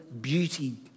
beauty